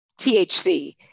THC